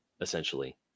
Essentially